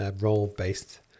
role-based